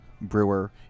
brewer